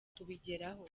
kubigeraho